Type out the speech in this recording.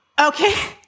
Okay